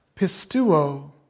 Pistuo